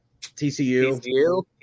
TCU